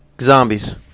Zombies